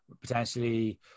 Potentially